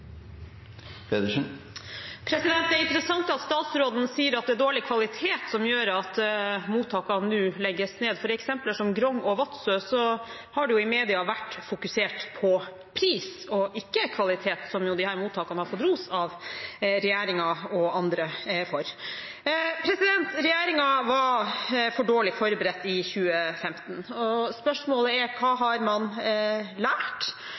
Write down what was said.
replikkordskifte. Det er interessant at statsråden sier at det er dårlig kvalitet som gjør at mottakene nå legges ned. I f.eks. Grong og Vadsø har det jo i media vært fokusert på pris og ikke på kvalitet, som disse mottakene har fått ros av regjeringen og andre for. Regjeringen var for dårlig forberedt i 2015. Spørsmålet er: